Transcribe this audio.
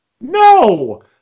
No